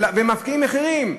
ומפקיעים מחירים.